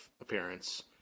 appearance